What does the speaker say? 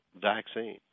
vaccine